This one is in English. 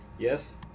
Yes